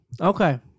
Okay